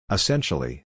Essentially